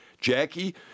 Jackie